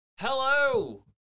Hello